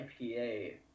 IPA